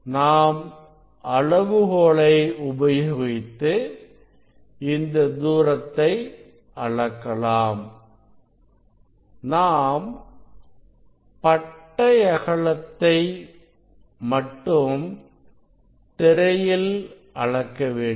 நாம் அளவுகோலை உபயோகித்து இந்த தூரத்தை அளக்கலாம் நாம் பட்டை அகலத்தை மட்டும் திரையில் அளக்க வேண்டும்